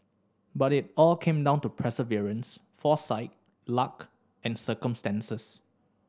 but it all came down to perseverance foresight luck and circumstances